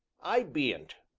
i bean't.